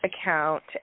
account